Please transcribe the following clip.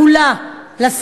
כולה,